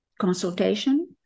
consultation